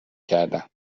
کردم